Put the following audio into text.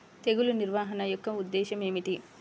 తెగులు నిర్వహణ యొక్క ఉద్దేశం ఏమిటి?